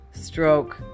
stroke